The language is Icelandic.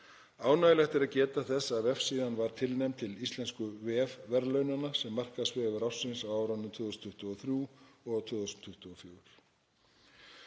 Ánægjulegt er að geta þess að vefsíðan var tilnefnd til íslensku vefverðlaunanna sem markaðsvefur ársins á árunum 2023 og 2024.